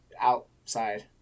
outside